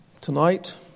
tonight